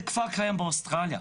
זה כבר קיים באוסטרליה,